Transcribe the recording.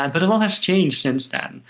and but a lot has changed since then.